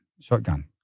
Shotgun